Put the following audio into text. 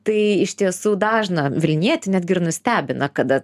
tai iš tiesų dažną vilnietį netgi ir nustebina kada